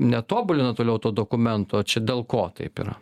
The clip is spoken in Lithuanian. netobulino toliau to dokumento čia dėl ko taip yra